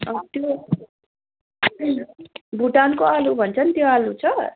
अँ त्यो भुटानको आलु भन्छ नि त्यो आलु छ